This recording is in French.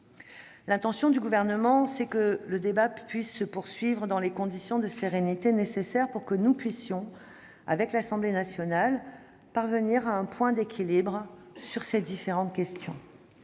questions. Le Gouvernement entend que le débat se poursuive dans les conditions de sérénité nécessaires pour que nous puissions, avec l'Assemblée nationale, parvenir à un équilibre sur ces différentes questions.